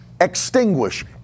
extinguish